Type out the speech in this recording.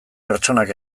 pertsonak